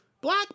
Black